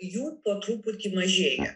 jų tokia puiki mažėja